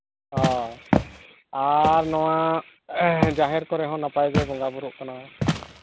ᱦᱳᱭ ᱟᱨ ᱱᱚᱣᱟ ᱡᱟᱦᱮᱨ ᱠᱚᱨᱮ ᱦᱚᱸ ᱱᱟᱯᱟᱭ ᱜᱮ ᱵᱚᱸᱜᱟ ᱵᱩᱨᱩᱜ ᱠᱟᱱᱟ